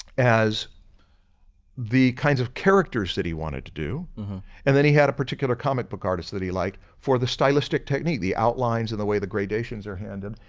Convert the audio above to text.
as the kinds of characters that he wanted to do and then he had a particular comic book artist that he liked for the stylistic technique the outlines and the way the gradations are handled.